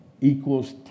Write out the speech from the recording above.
equals